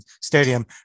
Stadium